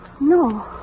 No